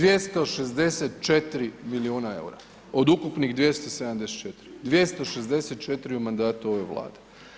264 milijuna eura od ukupnih 274, 264 u mandatu ove Vlade.